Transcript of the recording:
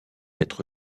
être